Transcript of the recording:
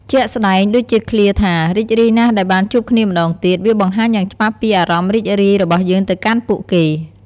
ជាក់ស្ដែង ដូចជាឃ្លាថា រីករាយណាស់ដែលបានជួបគ្នាម្តងទៀត វាបង្ហាញយ៉ាងច្បាស់ពីអារម្មណ៍រីករាយរបស់យើងទៅកាន់ពួកគេ។